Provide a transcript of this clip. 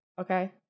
Okay